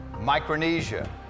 Micronesia